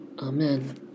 Amen